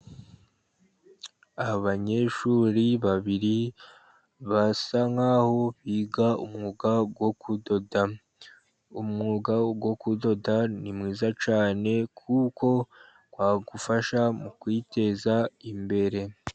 Abanyeshuri babiri basa nk'aho biga umwuga wo kudoda. Umwuga wo kudoda ni mwiza cyane, kuko wagufasha mu kwiteza imbere.